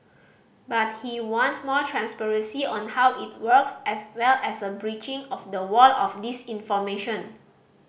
but he wants more transparency on how it works as well as a breaching of the wall of disinformation